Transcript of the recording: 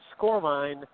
scoreline